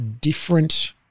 different